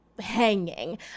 hanging